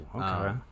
okay